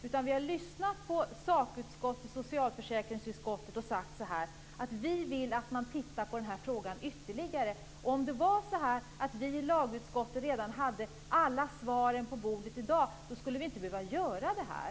Vi har därför lyssnat på sakutskottet, socialförsäkringsutskottet, och sagt att vi vill att man ytterligare tittar på den här frågan. Om vi i lagutskottet redan hade alla svaren på bordet skulle vi inte behöva göra det här.